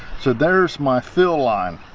so there's my fill line